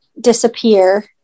disappear